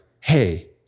hey